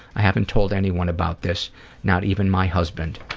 i haven't told anyone about this not even my husband.